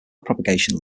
propagation